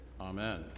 Amen